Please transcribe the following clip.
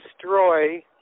destroy